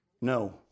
No